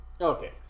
Okay